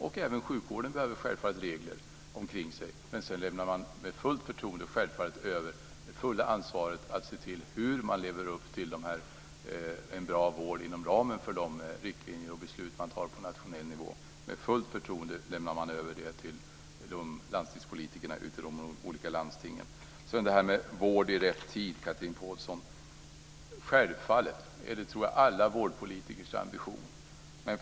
Även kring sjukvården behövs det självfallet regler, men man lämnar med fullt förtroende över hela ansvaret att se till att leva upp till en bra vård inom ramen för de riktlinjer och beslut som tas på nationell nivå. Med fullt förtroende lämnar man över det till landstingspolitikerna ute i de olika landstingen. Chatrine Pålsson talar om vård i rätt tid. Självfallet är detta alla vårdpolitikers ambition.